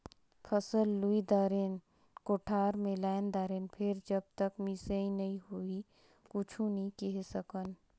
फसल लुई दारेन, कोठार मे लायन दारेन फेर जब तक मिसई नइ होही कुछु नइ केहे सकन